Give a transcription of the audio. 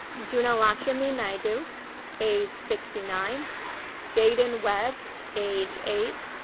dhunalutchmee naidoo age sixty nine jaden webb age eight,